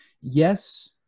Yes